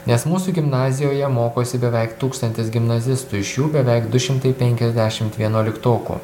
nes mūsų gimnazijoje mokosi beveik tūkstantis gimnazistų iš jų beveik du šimtai penkiasdešimt vienuoliktokų